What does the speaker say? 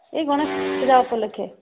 ଏଇ ଗଣେଶ ପୂଜା ଉପଲକ୍ଷେ